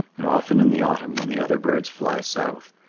and often in the autumn when the other birds fly south,